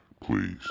Please